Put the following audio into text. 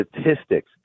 statistics